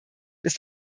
ist